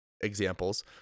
examples